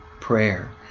prayer